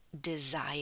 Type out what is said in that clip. desire